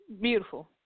Beautiful